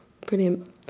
brilliant